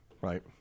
Right